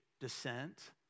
descent